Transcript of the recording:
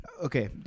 Okay